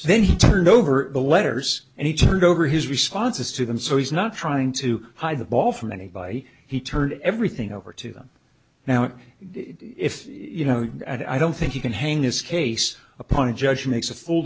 then he turned over the letters and he turned over his responses to them so he's not trying to hide the ball from anybody he turned everything over to them now if you know i don't think you can hang this case upon a judge makes a full